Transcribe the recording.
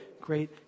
great